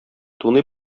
туный